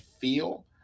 feel